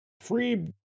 free